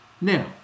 Now